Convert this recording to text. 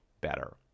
better